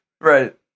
Right